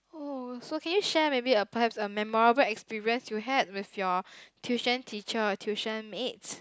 oh so can you share with me a perhaps a memorable experience you had with your tuition teacher or tuition mates